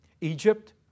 Egypt